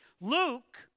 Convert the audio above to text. Luke